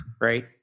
right